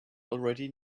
already